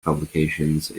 publications